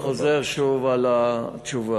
אני חוזר שוב על התשובה: